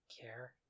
care